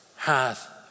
hath